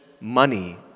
money